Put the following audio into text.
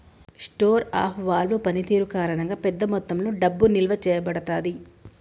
store of value పనితీరు కారణంగా, పెద్ద మొత్తంలో డబ్బు నిల్వ చేయబడతాది